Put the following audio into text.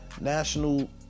National